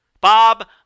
Bob